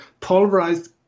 pulverized